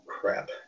crap